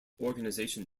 organization